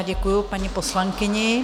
Děkuju paní poslankyni.